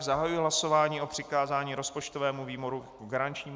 Zahajuji hlasování o přikázání rozpočtovému výboru jako garančnímu.